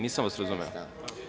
Nisam vas razumeo?